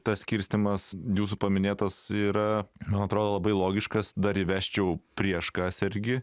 tas skirstymas jūsų paminėtas yra man atrodo labai logiškas dar įvesčiau prieš ką sergi